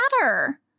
matter